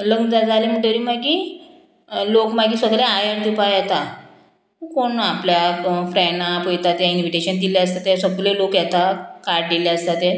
लग्न जालें म्हणटरी मागीर लोक मागीर सगळें आयन दिवपा येता कोण आपल्याक फ्रेंडा आपयता तें इन्विटेशन दिल्लें आसता ते सगळे लोक येता कार्ड दिल्ले आसता ते